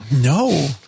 No